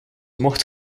mocht